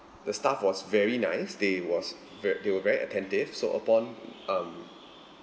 the staff was very nice they was ver~ they were very attentive so upon(um)